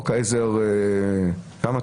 כמה?